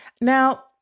Now